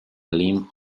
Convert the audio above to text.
limb